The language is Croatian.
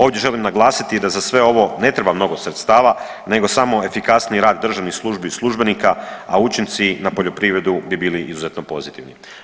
Ovdje želim naglasiti da za sve ovo ne treba mnogo sredstava nego samo efikasniji rad državnih službi i službenika, a učinci na poljoprivredu bi bili izuzetno pozitivni.